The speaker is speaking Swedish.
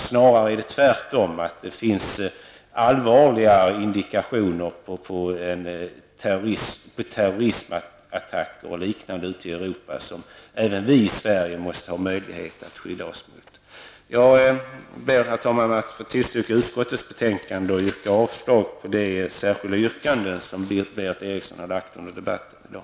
Snarare är det tvärtom, att det finns allvarliga indikationer på terroristattacker och liknande ute i Europa som även vi i Sverige måste ha möjlighet att skydda oss mot. Jag ber, herr talman, att få tillstyrka utskottets hemställan och yrka avslag på de särskilda yrkanden som Berith Eriksson har ställt under debatten här i dag.